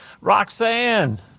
Roxanne